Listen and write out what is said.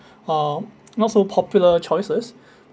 uh not so popular choices